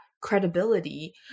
credibility